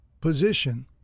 Position